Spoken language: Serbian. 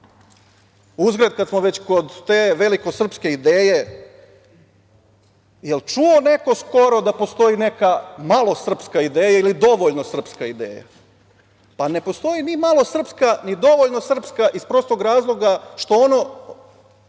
Uzgred, kada smo već kod te veliko srpske ideje, jel čuo neko skoro da postoji neka malosrpska ideja ili dovoljno srpska ideja? Pa, ne postoji ni malosrpska, ni dovoljno srpska iz prostog razloga što oni